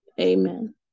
amen